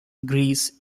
greece